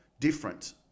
different